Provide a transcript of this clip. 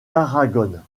tarragone